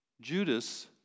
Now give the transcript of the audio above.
Judas